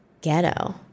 ghetto